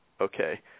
okay